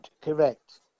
correct